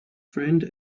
friend